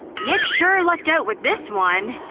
nick sure lucked out with this one!